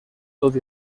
tot